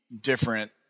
different